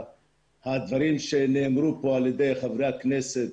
הדברים שנאמרו פה על ידי חברי הכנסת,